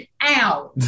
out